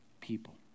people